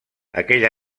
aquell